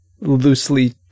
loosely